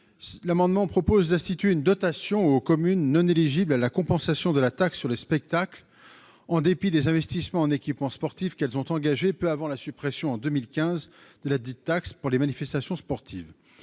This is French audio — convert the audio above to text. amendement propose d'instituer une dotation aux communes non éligibles à la compensation de la taxe sur les spectacles, en dépit des investissements, un équipement sportif qu'elles ont engagées peut avoir la suppression en 2015 de la dite taxe pour les manifestations sportives,